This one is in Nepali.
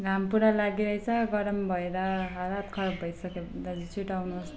घाम पुरा लागिरहेछ गरम भएर हालत खराब भइसक्यो दाजु छिटो आउनुहोस्